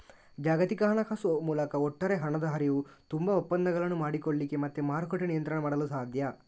ಜಾಗತಿಕ ಹಣಕಾಸು ಮೂಲಕ ಒಟ್ಟಾರೆ ಹಣದ ಹರಿವು, ತುಂಬಾ ಒಪ್ಪಂದಗಳನ್ನು ಮಾಡಿಕೊಳ್ಳಿಕ್ಕೆ ಮತ್ತೆ ಮಾರುಕಟ್ಟೆ ನಿಯಂತ್ರಣ ಮಾಡಲು ಸಾಧ್ಯ